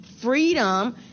Freedom